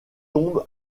tombent